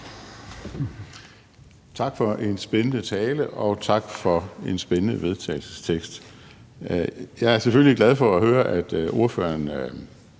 Tak for en spændende tale, og tak for en spændende vedtagelsestekst. Jeg er selvfølgelig glad for at høre, at ordføreren